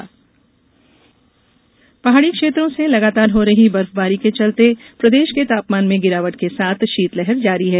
मौसम पहाड़ी क्षेत्रों से लगातार हो रही बर्फबारी के चलते प्रदेश के तापमान में गिरावट के साथ शीतलहर जारी है